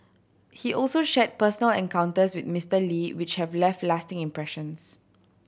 he also shared personal encounters with Mister Lee which have left lasting impressions